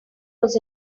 was